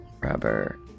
Rubber